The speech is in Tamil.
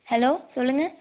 ஹலோ சொல்லுங்கள்